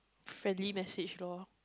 friendly message lor